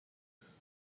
use